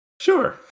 Sure